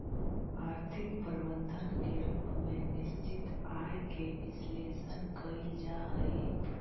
आर्थिक प्रबंधन के रूप में निश्चित आय के विश्लेषण कईल जा हई